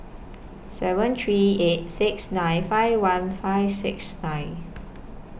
seven three eight six nine five one five six nine